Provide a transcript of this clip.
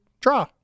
draw